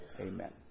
Amen